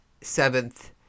seventh